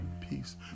Peace